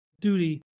duty